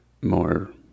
more